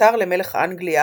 הוכתר למלך אנגליה